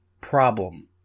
problem